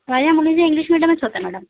माझ्या मुलींचं इंग्लिश मिडियमच होतं मॅडम